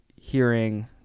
hearing